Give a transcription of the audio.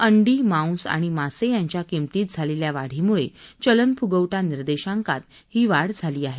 अंडी मांस आणि मासे यांच्या किंमतीत झालेल्या वाढीमुळे चलन फुगवटा निर्देशांकात ही वाढ झाली आहे